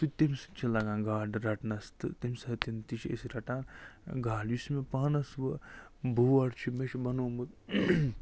سُہ تَمہِ سُہ تہِ چھِ لَگان گاڈٕ رَٹنَس تہٕ تَمہِ سۭتۍ تہِ چھِ أسۍ رَٹان گاڈٕ یُس مےٚ پانَس وۄنۍ بورڈ چھِ مےٚ چھِ بنومُت